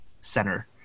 center